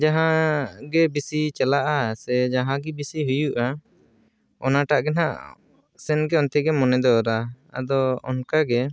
ᱡᱟᱦᱟᱸ ᱜᱮ ᱵᱤᱥᱤ ᱪᱟᱞᱟᱜᱼᱟ ᱥᱮ ᱡᱟᱦᱟᱜᱮ ᱵᱮᱥᱤ ᱦᱩᱭᱩᱜᱼᱟ ᱚᱱᱟᱴᱟᱜ ᱜᱮ ᱱᱟᱜ ᱥᱮᱱᱜᱮ ᱚᱱᱛᱮᱜᱮ ᱢᱚᱱᱮ ᱫᱚᱭ ᱚᱨᱟ ᱟᱫᱚ ᱚᱱᱠᱟᱜᱮ